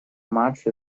march